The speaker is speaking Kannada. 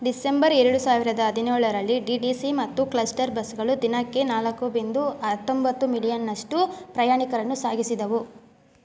ಡಿಸೆಂಬರ್ ಎರಡು ಸಾವಿರದ ಹದಿನೇಳರಲ್ಲಿ ಡಿ ಟಿ ಸಿ ಮತ್ತು ಕ್ಲಸ್ಟರ್ ಬಸ್ಗಳು ದಿನಕ್ಕೆ ನಾಲ್ಕು ಬಿಂದು ಹತ್ತೊಂಬತ್ತು ಮಿಲಿಯನ್ನಷ್ಟು ಪ್ರಯಾಣಿಕರನ್ನು ಸಾಗಿಸಿದವು